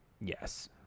Yes